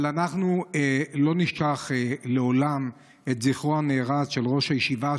אבל אנחנו לא נשכח לעולם את זכרו הנערץ של ראש הישיבה,